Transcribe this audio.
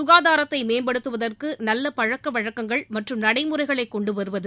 சுகாதாரத்தை மேம்படுத்துவதற்கு நல்ல பழக்க வழக்கங்கள் மற்றும் நடைமுறைகளை கொண்டு வருவது